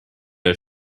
her